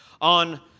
on